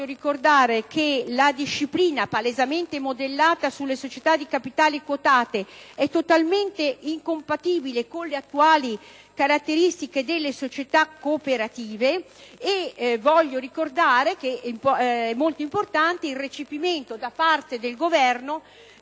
ricordare che la disciplina, palesemente modellata sulle società di capitali quotate, è totalmente incompatibile con le attuali caratteristiche delle società cooperative. Dunque, è molto importante il recepimento da parte del Governo